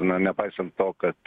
na nepaisant to kad